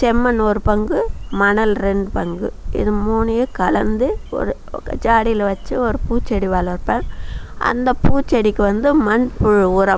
செம்மண் ஒரு பங்கு மணல் ரெண்டு பங்கு இது மூணையும் கலந்து ஒரு ஜாடியில் வச்சு ஒரு பூச்செடி வளர்ப்பேன் அந்த பூச்செடிக்கு வந்து மண் புழு உரம்